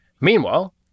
Meanwhile